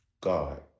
God